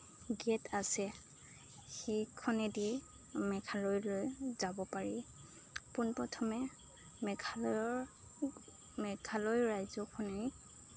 gate আছে সেইখনেদিয়েই মেঘালয়লৈ যাব পাৰি পোনপ্ৰথমে মেঘালয়ৰ মেঘালয় ৰাজ্যখনেই